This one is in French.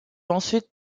ensuite